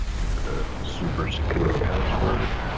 give it a super secure password.